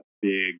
big